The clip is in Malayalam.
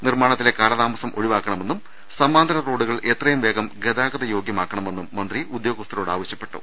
നിർമ്മാണത്തിലെ കാലതാ മസം ഒഴിവാക്കണമെന്നും സമാന്തര റോഡുകൾ എത്രയും വേഗം ഗതാഗത യോഗൃമാക്കണമെന്നും മന്ത്രി ഉദ്യോഗസ്ഥരോട് ആവശൃ പ്പെട്ടു